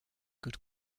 good